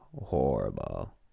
Horrible